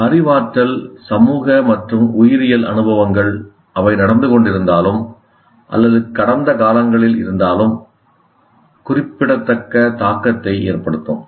அறிவாற்றல் சமூக மற்றும் உயிரியல் அனுபவங்கள் அவை நடந்து கொண்டிருந்தாலும் அல்லது கடந்த காலங்களில் இருந்தாலும் கடந்த காலம் நாம் இப்போது கற்றுக்கொள்வதை கணிசமாக பாதிக்கிறது குறிப்பிடத்தக்க தாக்கத்தை ஏற்படுத்தும்